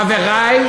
חברי,